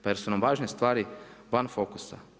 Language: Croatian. Pa jel' su nam važne stvari van fokusa?